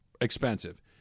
expensive